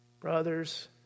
Brothers